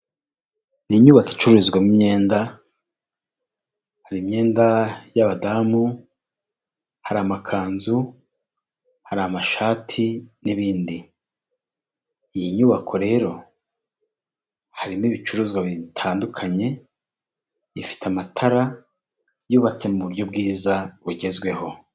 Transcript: Ni inyubako icururizwamo imyenda, hari imyenda y'abadamu, hari amakanzu, hari amashati n'ibindi. Iyi nyubako rero harimo ibicuruzwa bitandukanye, ifite amatara, yubatse mu buryo bwiza bugezweho.